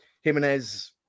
Jimenez